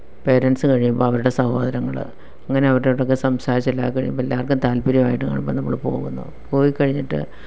parents കഴിയുമ്പം അവരുടെ സഹോദരങ്ങൾ അങ്ങനെ അവരോടെക്കെ സംസാരിച്ചെല്ലാം കഴിയുമ്പം എല്ലാവര്ക്കും താല്പര്യം ആയിട്ട് കാണുമ്പം നമ്മൾ പോകുന്നു പോയി കഴിഞ്ഞിട്ട്